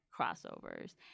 crossovers